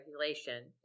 regulation